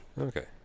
Okay